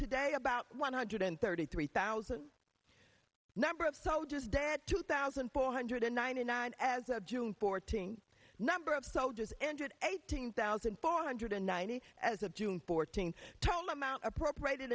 today about one hundred and thirty three thousand number of soldiers dead two thousand four hundred ninety nine as of june fourteenth number of soldiers entered eighteen thousand four hundred ninety as of june fourteenth told amount appropriated